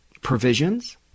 provisions